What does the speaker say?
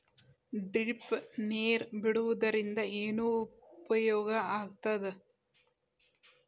Drip ನೇರ್ ಬಿಡುವುದರಿಂದ ಏನು ಉಪಯೋಗ ಆಗ್ತದ?